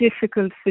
difficult